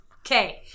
Okay